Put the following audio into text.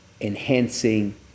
enhancing